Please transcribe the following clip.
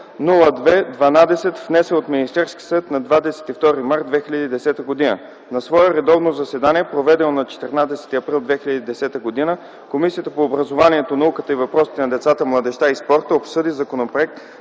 002-02-12, внесен от Министерския съвет на 22 март 2010 г. На свое редовно заседание, проведено на 14 април 2010 г., Комисията по образованието, науката и въпросите на децата, младежта и спорта обсъди Законопроект